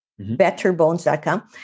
betterbones.com